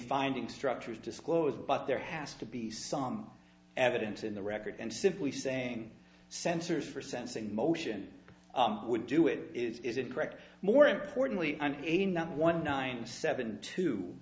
finding structures disclosed but there has to be some evidence in the record and simply saying sensors for sensing motion would do it is it correct more importantly a number one nine seven two